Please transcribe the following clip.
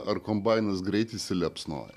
ar kombainas greit įsiliepsnoja